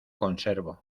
conservo